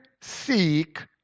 seek